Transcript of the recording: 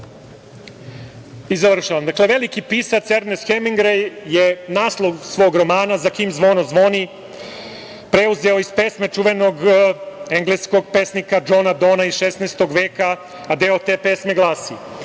kreature? Završavam, veliki pisac Ernest Hemingvej je naslov svog romana „Za kim zvono zvoni“ preuzeo iz pesme čuvenog engleskog pesnika Džona Dona iz 16. veka, a deo te pesme glasi